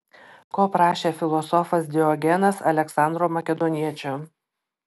ko prašė filosofas diogenas aleksandro makedoniečio